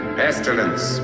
pestilence